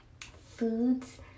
Foods